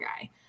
guy